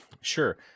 Sure